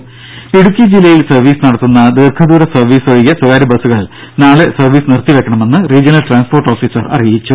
ദര ഇടുക്കി ജില്ലയിൽ സർവീസ് നടത്തുന്ന ദീർഘദൂര സർവീസ് ഒഴികെ സ്വകാര്യ ബസ്സുകൾ നാളെ സർവീസ് നിർത്തി വെയ്ക്കണമെന്ന് റീജ്യണൽ ട്രാൻസ്പോർട്ട് ഓഫീസർ അറിയിച്ചു